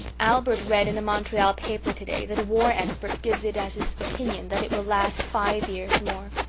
albert read in a montreal paper today that a war expert gives it as his opinion that it will last five years more,